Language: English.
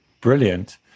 brilliant